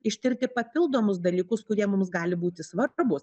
ištirti papildomus dalykus kurie mums gali būti svarbūs